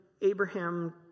Abraham